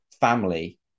family